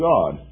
God